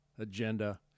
agenda